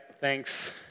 thanks